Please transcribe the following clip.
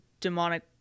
demonic